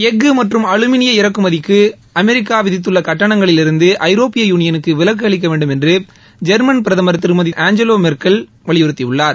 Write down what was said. எஃகு மற்றும் அலுமினிய இறக்குமதிக்கு அமெரிக்கா விதித்துள்ள கட்டணங்களிலிருந்து ஐரோப்பிய யூனியனுக்கு விலக்கு அளிக்க வேண்டும் என்று ஜெர்மன் பிரதமர் திருமதி ஏஞ்சவா மெர்க்கல் வலியுறுத்தியுள்ளார்